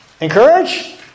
Encourage